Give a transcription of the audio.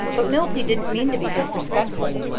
but milty didn't mean to be disrespeckful.